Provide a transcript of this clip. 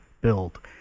build